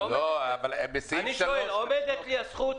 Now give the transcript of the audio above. אני שואל, עומדת לי הזכות?